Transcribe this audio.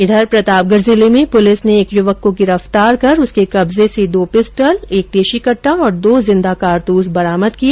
इधर प्रतापगढ़ जिले में पुलिस ने एक युवक को गिरफ्तार कर उसके कब्जे से दो पिस्टल एक देशी कट्टा और दो जिंदा कारतूस बरामद किए